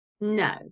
No